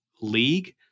league